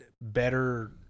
better